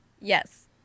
Yes